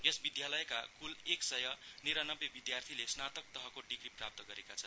यस विश्वविद्यालयका कुल एक सय निरानब्बे विदयार्थीले स्नातक तहको डिग्री प्राप्त गरेका छन्